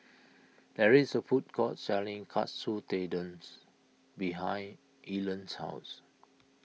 there is a food court selling Katsu Tendon's behind Erland's house